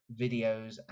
videos